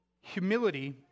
Humility